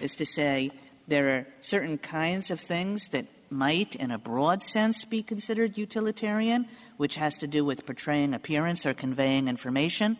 is to say there are certain kinds of things that might in a broad sense be considered utilitarian which has to do with portraying appearance or conveying information